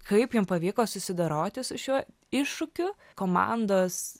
kaip jum pavyko susidoroti su šiuo iššūkiu komandos